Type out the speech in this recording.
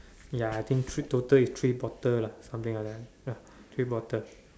ya I think three total is three bottle lah something like that ya three bottle